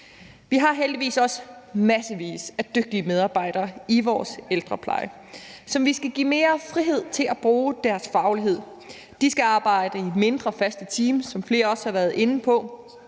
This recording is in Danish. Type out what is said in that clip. Vi har heldigvis også massevis af dygtige medarbejdere i vores ældrepleje, som vi skal give mere frihed til at bruge deres faglighed. De skal arbejde i mindre, faste teams, som flere også har været inde på,